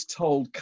told